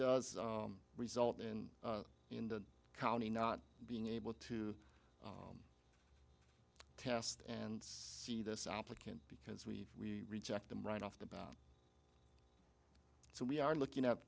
does result in in the county not being able to test and see this applicant because we reject them right off the bat so we are looking at